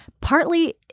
partly